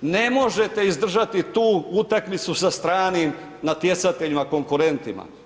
ne možete izdržati tu utakmicu sa stranim natjecateljima, konkurentima.